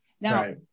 Now